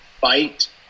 fight